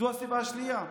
זו הסיבה השנייה.